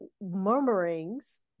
murmurings